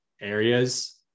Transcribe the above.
areas